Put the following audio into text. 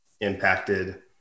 impacted